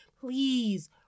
please